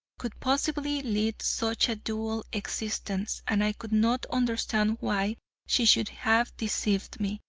could possibly lead such a dual existence, and i could not understand why she should have deceived me,